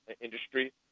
industry